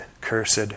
cursed